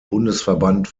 bundesverband